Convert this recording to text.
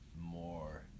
more